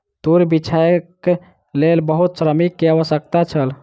तूर बीछैक लेल बहुत श्रमिक के आवश्यकता छल